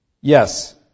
Yes